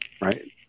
right